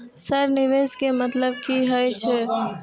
Sir निवेश के मतलब की हे छे?